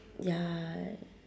ya